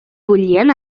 bullien